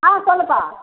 ஆ சொல்லுப்பா